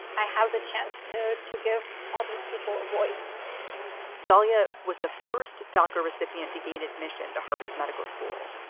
i have the chance to to give all these people a voice dullea was the first doca recipient to gain admission to harvard medical school.